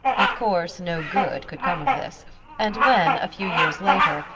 of course no good could come of this and when, a few years later,